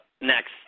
next